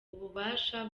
ububasha